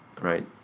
right